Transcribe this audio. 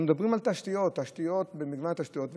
אנחנו מדברים על תשתיות, על מגוון תשתיות.